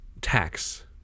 tax